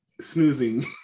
snoozing